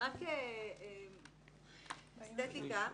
רק אסתטיקה.